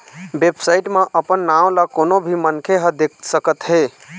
website म अपन नांव ल कोनो भी मनखे ह देख सकत हे